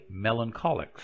melancholics